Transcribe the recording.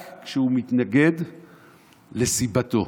רק כשהוא מתנגד לסיבתו.